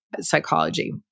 psychology